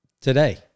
today